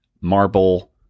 marble